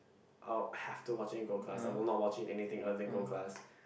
I'll have to watch it in gold class I will not watch it in anything else in gold class